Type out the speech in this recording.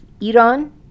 Iran